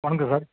வணக்கம் சார்